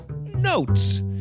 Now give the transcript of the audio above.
notes